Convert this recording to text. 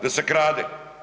Da se krade.